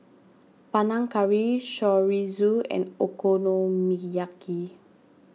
Panang Curry Chorizo and Okonomiyaki